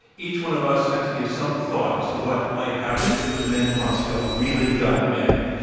each one of us had to give some thought to what might happen if the men in moscow really got mad.